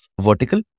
vertical